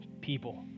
people